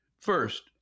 First